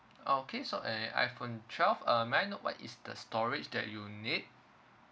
okay so an iphone twelve uh may I know what is the storage that you need